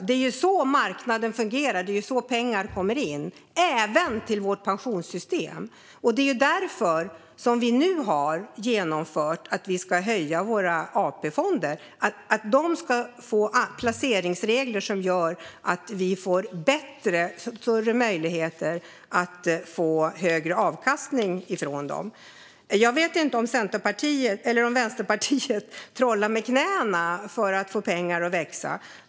Det är så marknaden fungerar. Det är så pengar kommer in, även till vårt pensionssystem. Det är därför som vi nu har genomfört att våra AP-fonder ska få placeringsregler som innebär att vi får bättre möjligheter till högre avkastning från dem. Jag vet inte om Vänsterpartiet trollar med knäna för att få pengar att växa.